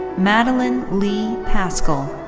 madeline leigh paschal.